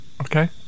Okay